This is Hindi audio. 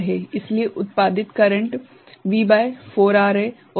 इसलिए उत्पादित करेंट V भागित 4R है